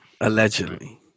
allegedly